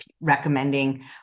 recommending